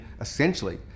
essentially